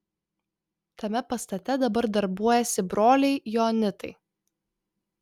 tame pastate dabar darbuojasi broliai joanitai